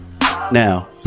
now